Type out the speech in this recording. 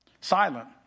silent